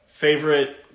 Favorite